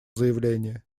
заявление